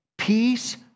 Peace